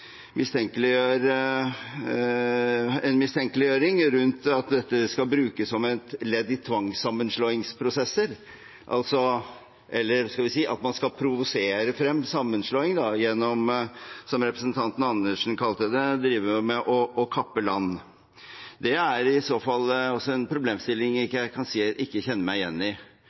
skal provosere frem sammenslåing gjennom – som representanten Andersen kalte det – å drive med å kappe land. Det er i så fall også en problemstilling jeg kan si jeg ikke kjenner meg igjen i.